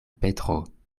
petro